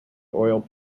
oil